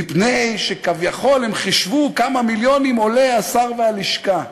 מפני שכביכול הם חישבו כמה מיליונים עולים השר והלשכה.